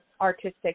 artistic